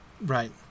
right